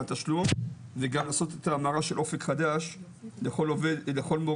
לתשלום וגם לעשות את המערך של אופק חדש לכל מורה,